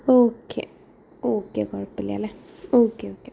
okay okay കു ഴപ്പമില്ലാല്ലേ okay okay